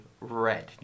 red